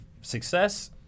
success